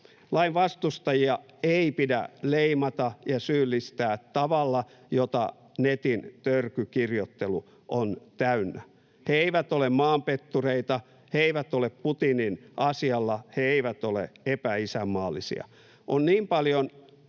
Lain vastustajia ei pidä leimata ja syyllistää tavalla, jota netin törkykirjoittelu on täynnä. He eivät ole maanpettureita, he eivät ole Putinin asialla, he eivät ole epäisänmaallisia. On niin paljon